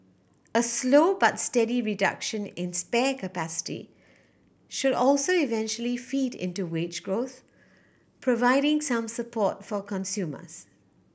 a slow but steady reduction in spare capacity should also eventually feed into wage growth providing some support for consumers